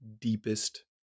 deepest